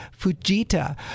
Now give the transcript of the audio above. Fujita